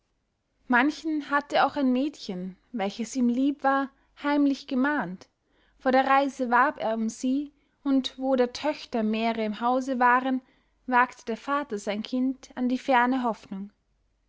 manchen hatte auch ein mädchen welches ihm lieb war heimlich gemahnt vor der reise warb er um sie und wo der töchter mehre im hause waren wagte der vater sein kind an die ferne hoffnung